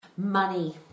Money